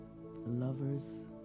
lovers